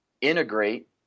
integrate